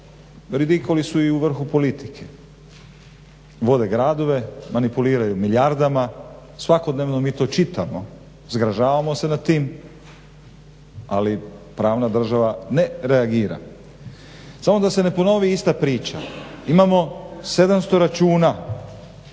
ridikuli su i u vrhu politike, vode gradove, manipuliraju milijardama, svakodnevno mi to čitamo, zgražavamo se nad tim, ali pravna država ne reagira. Samo da se ne ponovi ista priča, imamo 700 računa,